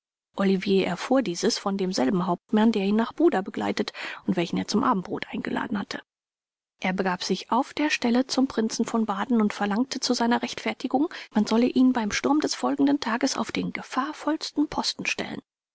olivier erfuhr dieses von demselben hauptmann der ihn nach buda begleitet und welchen er zum abendbrot eingeladen hatte er begab sich auf der stelle zum prinzen von baden und verlangte zu seiner rechtfertigung man solle ihn beim sturm des folgenden tages auf den gefahrvollsten posten stellen